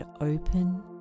open